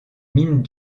mine